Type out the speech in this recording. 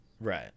right